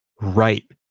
Right